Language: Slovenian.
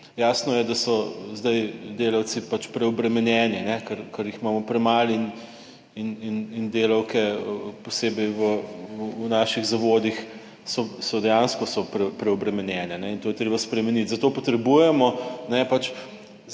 Jasno je, da so zdaj delavci pač preobremenjeni, ker jih imamo premalo, in delavke, posebej v naših zavodih, so dejansko, so preobremenjene in to je treba spremeniti. Za to potrebujemo